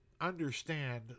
understand